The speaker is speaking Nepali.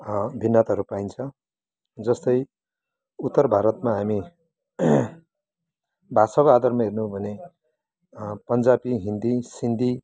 भिन्नताहरु पाइन्छ जस्तै उत्तर भारतमा हामी भाषाको आधारमा हेर्ने हो भने पन्जाबी हिन्दी सिन्धी